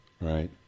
right